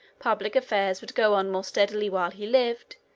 public affairs would go on more steadily while he lived,